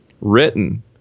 written